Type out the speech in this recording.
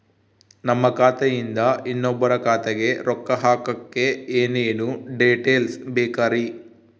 ನಮ್ಮ ಖಾತೆಯಿಂದ ಇನ್ನೊಬ್ಬರ ಖಾತೆಗೆ ರೊಕ್ಕ ಹಾಕಕ್ಕೆ ಏನೇನು ಡೇಟೇಲ್ಸ್ ಬೇಕರಿ?